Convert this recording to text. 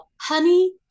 Honey